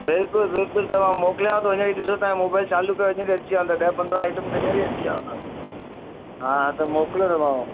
बिल्कुलु बिल्कुलु त मां मोकिलियांव थो हिन खे ॾिसो तव्हांजो मोबाइल चालू करे छॾियां अची विया हूंदा ॾह पंदरहां आइटम पंहिंजा बि अची विया हूंदा हा हा त मोकिलियो थी मांव